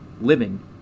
living